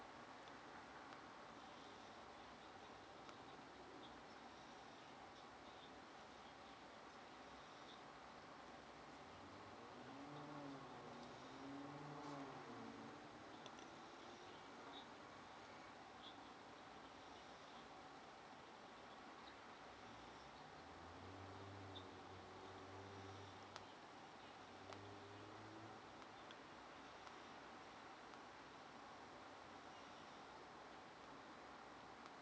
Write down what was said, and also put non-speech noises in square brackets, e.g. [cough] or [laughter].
[noise]